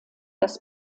das